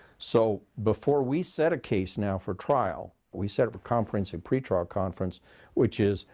so before we set a case now for trial, we set up for conference or pretrial conference which is,